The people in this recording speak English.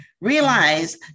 Realize